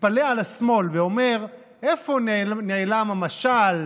מתפלא על השמאל ואומר: איפה נעלם המשל,